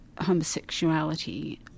homosexuality